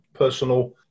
personal